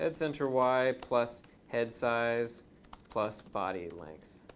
and center y plus head size plus body length.